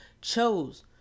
chose